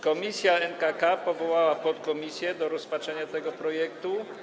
Komisja Nadzwyczajna powołała podkomisję do rozpatrzenia tego projektu.